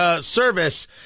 service